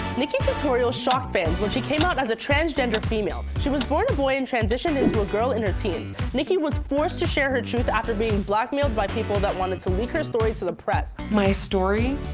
nikki tutorial shocked fans when she came out as a transgender female. she was born a boy and transitioned into a girl in her teens. nikki was forced to share her truth after being blackmailed by people that wanted to leak her story to the press. my story.